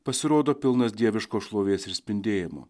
pasirodo pilnas dieviško šlovės ir spindėjimo